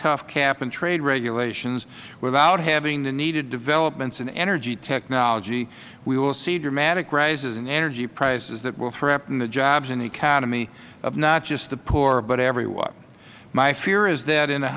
tough cap and trade regulations without having the needed developments in energy technology we will see dramatic rises in energy prices that will threaten the jobs and the economy of not just the poor but everyone my fear is that in